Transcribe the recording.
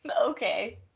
Okay